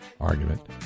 argument